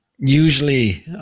Usually